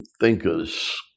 thinkers